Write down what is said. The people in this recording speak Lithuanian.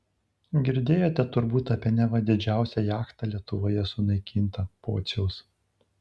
girdėjote turbūt apie neva didžiausią jachtą lietuvoje sunaikintą pociaus